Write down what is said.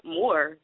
more